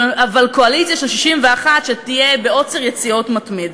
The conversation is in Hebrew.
אבל קואליציה של 61 שתהיה בעוצר יציאות מתמיד?